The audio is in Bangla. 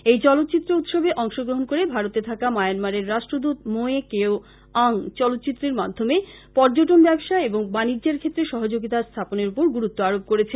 এইচলচিত্র উৎসবে অংশ গ্রহন করে ভারতে থাকা মায়নামারের রাষ্ট্রদৃত মৌয়ে কেও আং চলচিত্রের মাধ্যমে পর্যটন ব্যবসা এবং বাণিজ্যের ক্ষেত্রে সহযোগিতা স্থাপনের উপরগুরুত্ব আরোপ করেছেন